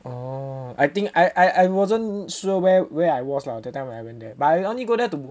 oh I think I I wasn't sure where where I was lah that time when I went there but I only go there to